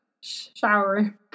Shower